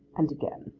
and again,